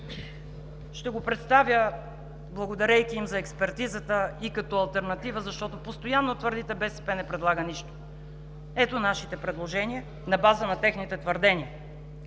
Ще го представя, благодарейки им за експертизата и като алтернатива, защото постоянно твърдите: „БСП не предлага нищо.“ Ето нашите предложения на база на техните твърдения: